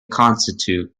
constitute